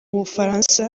bufaransa